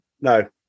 no